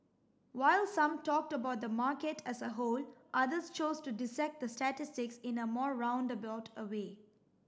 while some talked about the market as a whole others chose to dissect the statistics in a more roundabout a way